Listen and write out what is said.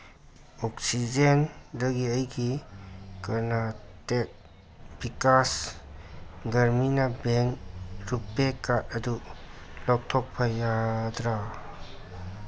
ꯑꯣꯛꯁꯤꯖꯦꯟꯗꯒꯤ ꯑꯩꯒꯤ Karnataka Vikas Grameena bank RuPay card ꯑꯗꯨ ꯂꯧꯊꯣꯛꯄ ꯌꯥꯒꯗ꯭ꯔꯥ